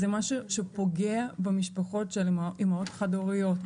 זה מה משהו שפוגע במשפחות של אימהות חד הוריות,